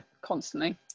Constantly